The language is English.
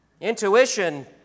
Intuition